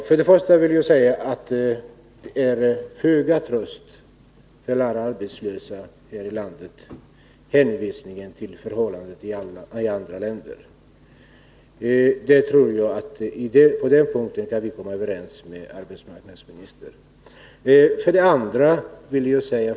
För det första är hänvisningen till förhållandena i andra länder till föga tröst för alla arbetslösa här i landet. På den punkten tror jag att vi och arbetsmarknadsministern kan vara överens.